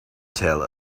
tell